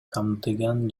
камтыган